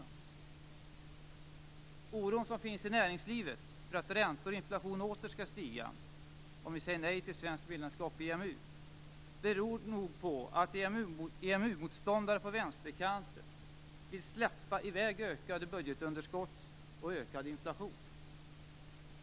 Den oro som finns i näringslivet för att räntor och inflation åter skall stiga om vi säger nej till ett svenskt medlemskap i EMU beror nog på att EMU motståndare på vänsterkanten vill släppa i väg ökade budgetunderskott och ökad inflation.